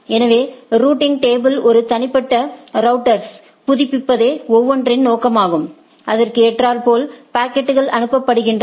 எனவே ரூட்டிங் டேபிளை ஒரு தனிப்பட்ட ரவுட்டர்க்கு புதுப்பிப்பதே ஒவ்வொன்றின் நோக்கமாகும் அதற்கு ஏற்றார் போல் பாக்கெட்கள் அனுப்பப்படுகின்றன